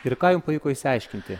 ir ką jum pavyko išsiaiškinti